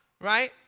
right